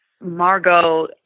Margot